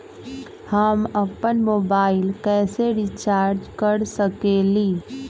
हम अपन मोबाइल कैसे रिचार्ज कर सकेली?